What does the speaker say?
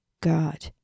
God